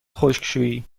خشکشویی